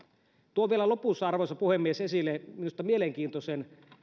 tuon vielä lopussa arvoisa puhemies esille minusta mielenkiintoisen